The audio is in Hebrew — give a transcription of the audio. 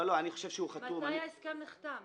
ההסכם נחתם?